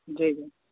जी जी